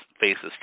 faces